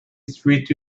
street